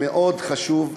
מאוד חשוב,